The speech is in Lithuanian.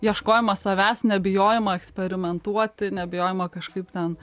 ieškojimą savęs nebijojimą eksperimentuoti nebijojimą kažkaip ten